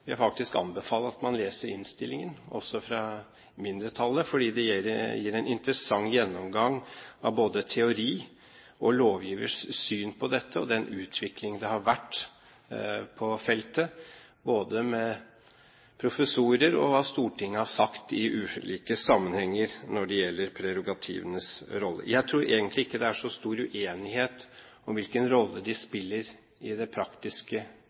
jeg faktisk anbefale at man leser innstillingen også fra mindretallet, fordi det gir en interessant gjennomgang både av teori og av lovgivers syn på dette og den utviklingen som har vært på feltet, og hva både professorer og storting har sagt i ulike sammenhenger når det gjelder prerogativenes rolle. Jeg tror egentlig ikke det er så stor uenighet om hvilken rolle de spiller i det praktiske,